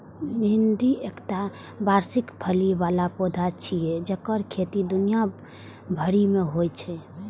भिंडी एकटा वार्षिक फली बला पौधा छियै जेकर खेती दुनिया भरि मे होइ छै